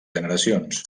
generacions